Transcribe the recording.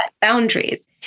boundaries